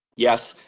yes,